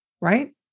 Right